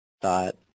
thought